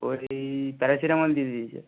ওই প্যারাসিটামল দিয়ে দিয়েছে